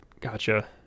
Gotcha